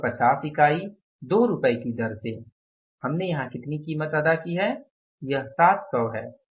350 इकाई 2 रुपये की दर से हमने यहां कितनी कीमत अदा की है यह 700 है